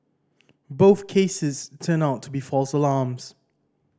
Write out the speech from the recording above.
both cases turned out to be false alarms